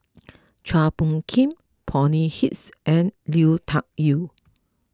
Chua Phung Kim Bonny Hicks and Lui Tuck Yew